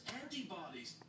antibodies